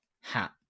hat